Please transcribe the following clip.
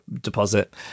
deposit